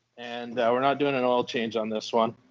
and we're not doing an oil change on this one.